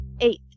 Eight